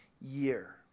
year